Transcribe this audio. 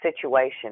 situation